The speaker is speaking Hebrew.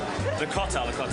סרטון).